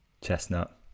chestnut